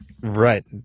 Right